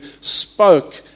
spoke